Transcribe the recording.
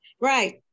Right